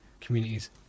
communities